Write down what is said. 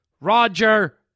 Roger